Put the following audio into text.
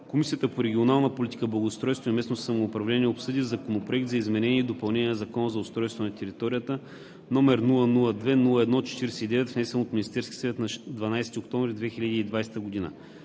Комисията по регионална политика, благоустройство и местно самоуправление обсъди Законопроект за изменение и допълнение на Закона за устройство на територията, № 002-01-49, внесен от Министерския съвет на 12 октомври 2020 г.